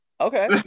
Okay